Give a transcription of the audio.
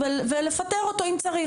ולפטר אותו אם צריך.